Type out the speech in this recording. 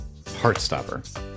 Heartstopper